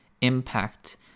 impact